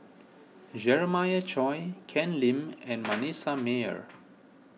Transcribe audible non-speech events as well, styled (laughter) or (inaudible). Jeremiah Choy Ken Lim and (noise) Manasseh Meyer